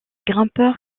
grimpeurs